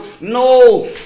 No